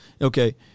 okay